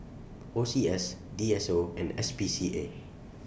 O C S D S O and S P C A